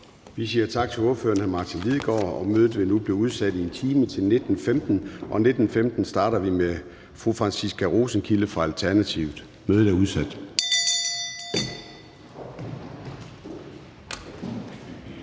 Vi siger tak til ordføreren, hr. Martin Lidegaard. Mødet vil nu blive udsat i 1 time til kl. 19.15, hvor vi starter med fru Franciska Rosenkilde fra Alternativet. Mødet er udsat.